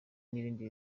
n’ibindi